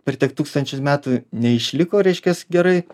per tiek tūkstančius metų neišliko reiškias gerai